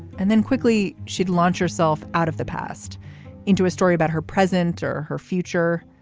and then quickly she'd launch herself out of the past into a story about her present or her future.